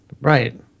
Right